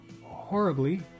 horribly